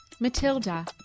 Matilda